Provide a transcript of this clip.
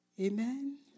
Amen